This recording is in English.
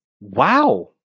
wow